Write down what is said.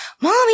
mommy